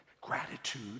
gratitude